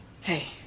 Hey